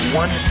one